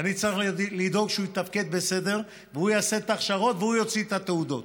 ואני צריך לדאוג שהוא יתפקד בסדר ויעשה את ההכשרות ויוציא את התעודות,